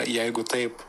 jeigu taip